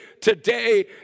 today